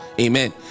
Amen